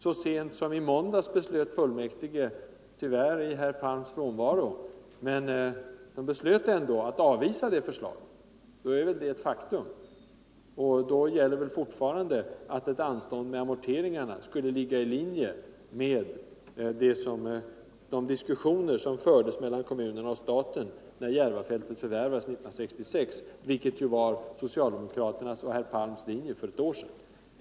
Så sent som i måndags beslöt fullmäktige — tyvärr i herr Palms frånvaro —- att avvisa förslaget om försäljning. Då gäller fortfarande att ett anstånd med amorteringen skulle ligga i linje med de diskussioner som fördes mellan kommunerna och staten när Järvafältet förvärvades år 1966. Detta var herr Palms och socialdemokraternas linje för ett år sedan.